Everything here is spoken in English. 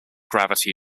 gravity